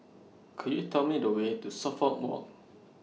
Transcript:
Could YOU Tell Me The Way to Suffolk Walk